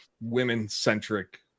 women-centric